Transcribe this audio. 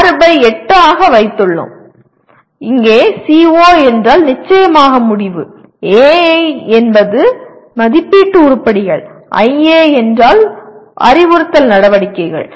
நாங்கள் 6 பை 8 ஆக வைத்துள்ளோம் இங்கே CO என்றால் நிச்சயமாக முடிவு AI என்பது மதிப்பீட்டு உருப்படிகள் IA என்றால் அறிவுறுத்தல் நடவடிக்கைகள்